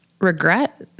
Regret